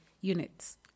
units